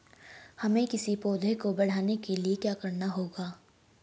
हमें किसी पौधे को बढ़ाने के लिये क्या करना होगा?